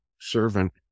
servant